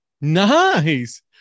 Nice